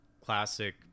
classic